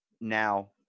Now